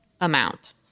amount